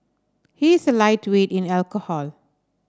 he is a lightweight in alcohol